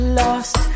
lost